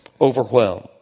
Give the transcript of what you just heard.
overwhelmed